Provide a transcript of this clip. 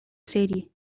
serie